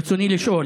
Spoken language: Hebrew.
ברצוני לשאול: